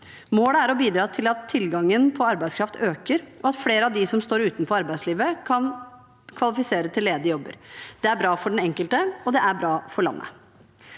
Målet er å bidra til at tilgangen på arbeidskraft øker, at flere av dem som står utenfor arbeidslivet, kan kvalifisere til ledige jobber. Det er bra for den enkelte, og det er bra for landet.